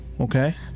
Okay